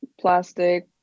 plastic